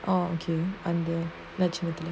orh okay under majority